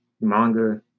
manga